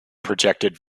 projected